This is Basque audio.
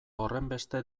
horrenbeste